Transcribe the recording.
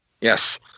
Yes